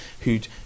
who'd